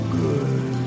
good